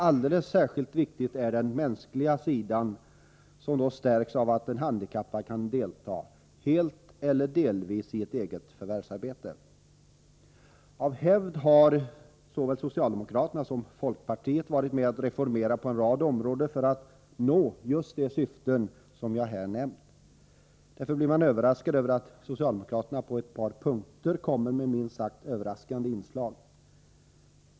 Alldeles särskilt viktig är den mänskliga sidan, som stärks då en handikappad kan delta i arbetslivet genom att helt eller delvis ha ett förvärvsarbete. Av hävd har såväl socialdemokraterna som folkpartiet varit med och reformerat på en rad områden för att nå just de syften som jag här nämnt. Därför blir man överraskad över att socialdemokraterna på ett par punkter kommer med minst sagt överraskande inslag.